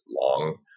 long